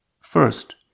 first